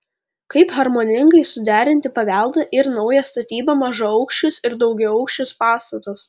kaip harmoningai suderinti paveldą ir naują statybą mažaaukščius ir daugiaaukščius pastatus